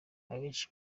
abenshi